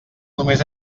només